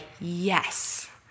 yes